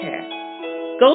Go